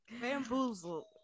Bamboozled